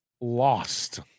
Lost